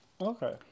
Okay